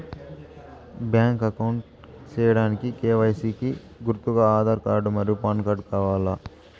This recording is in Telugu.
బ్యాంక్ అకౌంట్ సేయడానికి కె.వై.సి కి గుర్తుగా ఆధార్ కార్డ్ మరియు పాన్ కార్డ్ కావాలా?